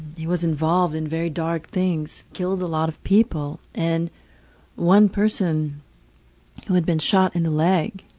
he was involved in very dark things, killed a lot of people. and one person who had been shot in the leg,